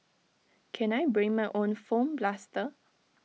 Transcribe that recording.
can I bring my own foam blaster